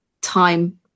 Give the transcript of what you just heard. time